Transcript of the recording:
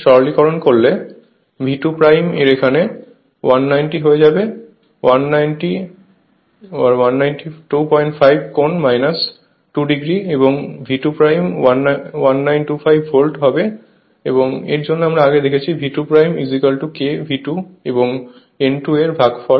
সরলীকরণ করলে V2 এখানে 190 হয়ে যাবে 190 1925 কোণ 2 o এবং V2 1925 ভোল্ট হবে এবং এর আগে আমরা দেখেছি V2kV2 এবং N2 এর ভাগফল